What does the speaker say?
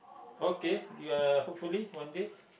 okay you are hopefully one day